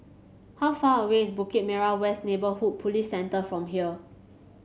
how far away is Bukit Merah West Neighbourhood Police Centre from here